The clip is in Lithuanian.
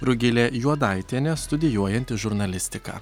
rugilė juodaitienė studijuojanti žurnalistiką